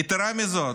יתרה מזאת,